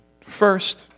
First